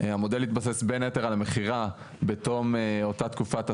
שהמודל התבסס בין היתר על המכירה בתום אותה תקופת השכירות,